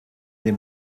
dem